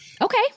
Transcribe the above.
Okay